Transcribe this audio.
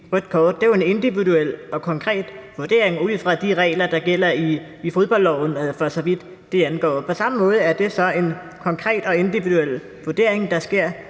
det er jo en individuel og konkret vurdering ud fra de regler, der gælder i fodboldloven, for så vidt det angår – er det en konkret og individuel vurdering, der sker